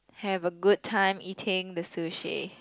have a good time eating the sushi